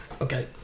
Okay